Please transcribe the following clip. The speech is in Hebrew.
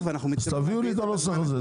ואנחנו --- אז תביאו לי את הנוסח הזה.